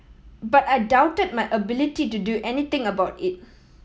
but I doubted my ability to do anything about it